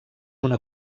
una